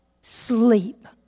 sleep